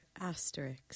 Asterix